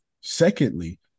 Secondly